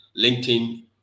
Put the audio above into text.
linkedin